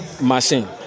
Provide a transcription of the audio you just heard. machine